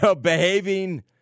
behaving